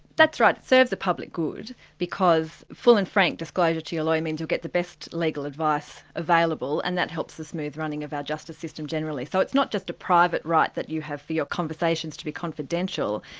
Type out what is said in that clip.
that's right, it serves the public good because full and frank disclosure to your lawyer means you'll get the best legal advice available, and that helps the smooth running of our justice system generally. so it's not just a private right that you have for your conversations to be confidential,